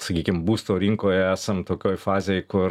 sakykim būsto rinkoj esam tokioj fazėj kur